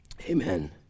amen